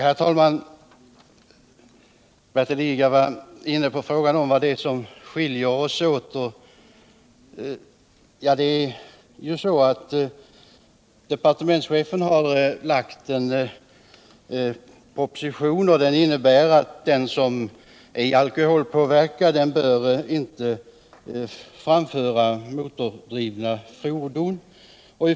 Herr talman! Bertil Lidgard var inne på frågan om vad det är som skiljer oss åt. Det är ju så att departementschefen har lagt en proposition som innebär att den som är alkoholpåverkad inte bör framföra motordrivna fordon.